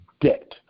debt